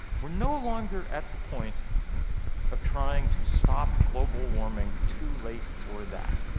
we're no longer at the point of trying to stop global warming. too late for that.